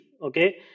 Okay